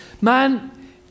Man